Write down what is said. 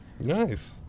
Nice